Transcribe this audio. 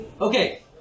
Okay